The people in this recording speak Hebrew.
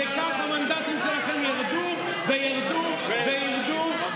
וכך המנדטים שלכם ירדו וירדו וירדו